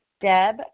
Deb